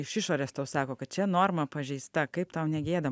iš išorės tau sako kad čia norma pažeista kaip tau negėda